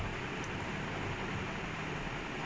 oh ya because he plays in goals right ya